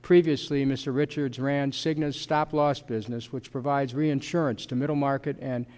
previously mr richards ran cigna stop loss business which provides reinsurance to middle market and